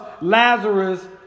Lazarus